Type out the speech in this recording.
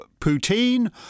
poutine